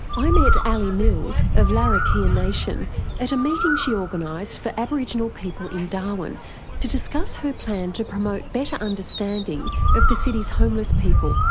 i met ali mills of larrakia nation at a meeting she organised for aboriginal people in darwin to discuss her plan to promote better understanding of the city's homeless people,